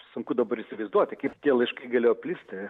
sunku dabar įsivaizduoti kaip tie laiškai galėjo plisti